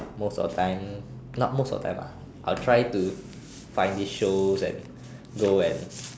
most of time not most of time ah I'll try to find these shows that go and